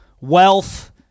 wealth